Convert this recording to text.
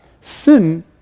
Sin